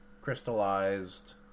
crystallized